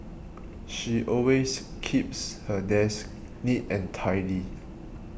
she always keeps her desk neat and tidy